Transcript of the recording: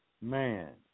man